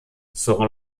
sur